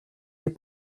des